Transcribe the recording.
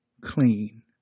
clean